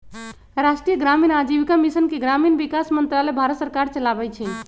राष्ट्रीय ग्रामीण आजीविका मिशन के ग्रामीण विकास मंत्रालय भारत सरकार चलाबै छइ